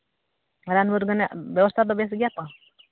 ᱨᱟᱱ ᱢᱩᱨᱜᱟᱹᱱ ᱨᱮᱭᱟᱜ ᱵᱮᱵᱚᱥᱛᱷᱟ ᱫᱚ ᱵᱮᱥ ᱜᱮᱭᱟ ᱛᱚ